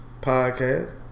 podcast